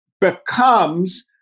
becomes